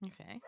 okay